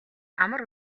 амар